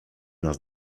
nas